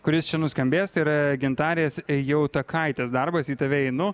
kuris čia nuskambės tai yra gintarės jautakaitės darbas į tave einu